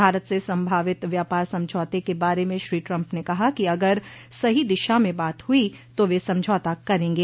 भारत से संभावित व्यापार समझौते के बारे में श्री ट्रम्प ने कहा कि अगर सही दिशा में बात हुई तो वे समझौता करेंगे